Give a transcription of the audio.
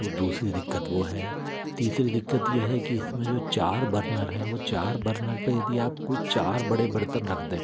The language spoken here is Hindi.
तो दूसरी दिक्कत वो है तीसरी दिक्कत ये है कि जो इसमें चार बर्नर हैं वो चार बर्नर पे यदि आप कोई चार बड़े बर्तन रख दें